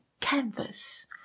canvas